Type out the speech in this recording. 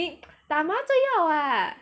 你打麻醉药 [what]